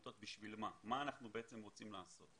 בשביל מה ומה אנחנו בעצם רוצים לעשות.